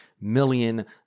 Million